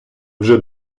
вже